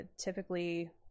typically